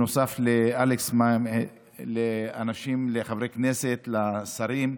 נוסף לאלכס, לאנשים, לחברי כנסת, לשרים,